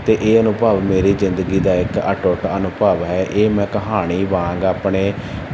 ਅਤੇ ਇਹ ਅਨੁਭਵ ਮੇਰੀ ਜ਼ਿੰਦਗੀ ਦਾ ਇੱਕ ਅਟੁੱਟ ਅਨੁਭਵ ਹੈ ਇਹ ਮੈਂ ਕਹਾਣੀ ਵਾਂਗ ਆਪਣੇ